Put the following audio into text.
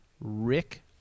rick